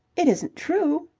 it isn't true?